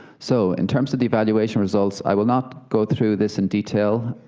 so in terms of the evaluation results, i will not go through this in detail,